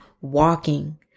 walking